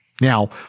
Now